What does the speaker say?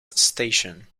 station